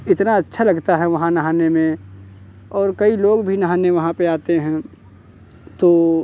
इतना अच्छा लगता है वहाँ नहाने में और कई लोग भी नहाने वहाँ पे आते हैं तो